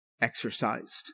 exercised